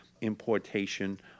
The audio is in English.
importation